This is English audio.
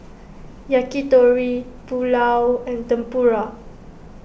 Yakitori Pulao and Tempura